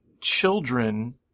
children